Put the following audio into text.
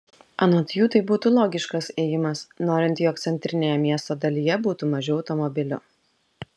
anot jų tai būtų logiškas ėjimas norint jog centrinėje miesto dalyje būtų mažiau automobilių